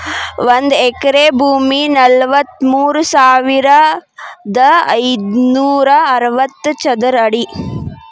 ಒಂದ ಎಕರೆ ಭೂಮಿ ನಲವತ್ಮೂರು ಸಾವಿರದ ಐದನೂರ ಅರವತ್ತ ಚದರ ಅಡಿ